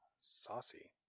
saucy